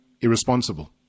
irresponsible